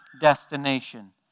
destination